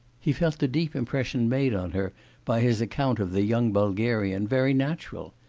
he felt the deep impression made on her by his account of the young bulgarian very natural.